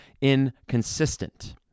inconsistent